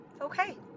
okay